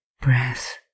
breath